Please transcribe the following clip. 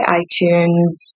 iTunes